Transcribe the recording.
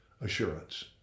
assurance